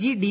G D